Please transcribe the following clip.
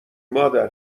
مادر